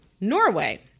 Norway